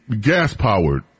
gas-powered